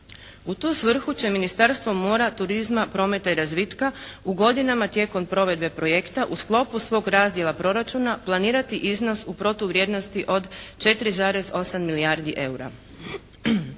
U tu svrhu će Ministarstvo mora, turizma, prometa i razvitka u godinama tijekom provedbe projekta u sklopu svog razdjela proračuna planirati iznos u protuvrijednosti od 4,8 milijardi eura.